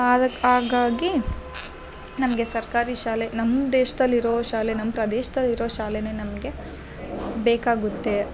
ಆದಗ್ ಹಾಗಾಗಿ ನಮಗೆ ಸರ್ಕಾರಿ ಶಾಲೆ ನಮ್ಮ ದೇಶ್ದಲ್ಲಿ ಇರೋ ಶಾಲೆ ನಮ್ಮ ಪ್ರದೇಶದಲ್ಲಿರೋ ಶಾಲೆನೆ ನಮಗೆ ಬೇಕಾಗುತ್ತೆ